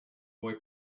boy